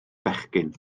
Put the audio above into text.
fechgyn